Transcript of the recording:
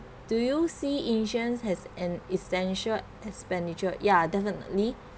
do you see insurance as an essential expenditure yeah definitely